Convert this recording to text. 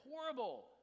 horrible